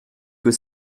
que